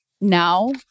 now